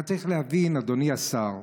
אתה צריך להבין, אדוני השר,